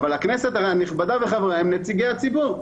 אבל הם נציגי הציבור.